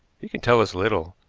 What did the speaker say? he can tell us little.